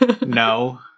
no